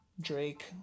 Drake